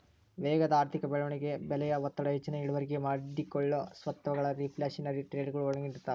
ವೇಗದ ಆರ್ಥಿಕ ಬೆಳವಣಿಗೆ ಬೆಲೆಯ ಒತ್ತಡ ಹೆಚ್ಚಿನ ಇಳುವರಿಗೆ ಒಡ್ಡಿಕೊಳ್ಳೊ ಸ್ವತ್ತಗಳು ರಿಫ್ಲ್ಯಾಶನರಿ ಟ್ರೇಡಗಳು ಒಳಗೊಂಡಿರ್ತವ